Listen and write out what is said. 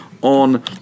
on